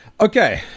okay